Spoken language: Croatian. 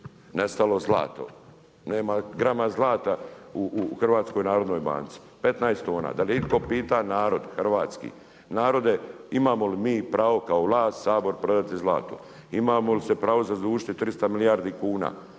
nestalo zlato, nema grama zlata u HNB. 15 tona, da li je itko pita narod hrvatski, narode imamo li mi pravo kao vlast, Sabor prodati zlato? Imamo li se pravo zadužiti 300 milijardi kuna?